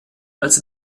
als